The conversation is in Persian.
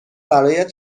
برایت